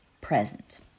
present